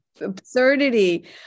absurdity